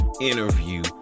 interview